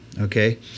Okay